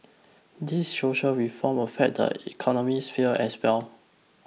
these social reform affect the economic sphere as well